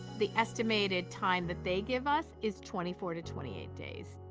the estimated time that they give us is twenty four to twenty eight days.